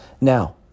now